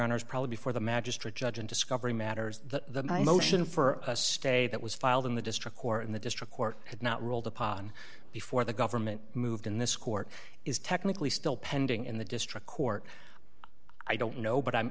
honors probably before the magistrate judge and discovery matters the motion for a stay that was filed in the district court in the district court had not ruled upon before the government moved in this court is technically still pending in the district court i don't know but i'm